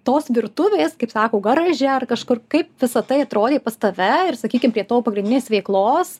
tos virtuvės kaip sako garaže ar kažkur kaip visa tai atrodė pas tave ir sakykim prie to pagrindinės veiklos